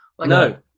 no